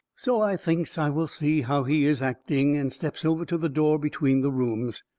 so i thinks i will see how he is acting, and steps over to the door between the rooms.